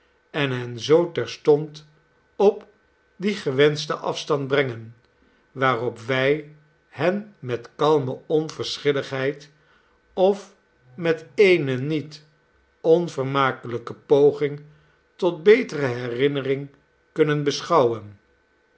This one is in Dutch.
en hen zoo terstond op dien gewenschten afstand brengen waarop wij hen met kalme onversehilligheid of met eene niet onvermakelijke poging totbetereherinnering kunnen beschouwen